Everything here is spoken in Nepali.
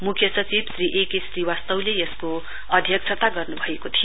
मुख्य सचिव श्री ए के श्रीवास्तवले यसको अध्यक्षता गर्नुभएको थियो